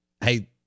hey